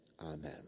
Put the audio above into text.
Amen